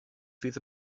fydd